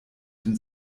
den